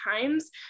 times